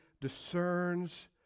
discerns